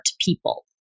people